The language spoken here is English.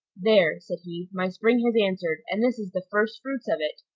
there, said he, my spring has answered, and this is the first fruits of it.